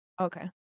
Okay